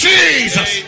Jesus